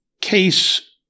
case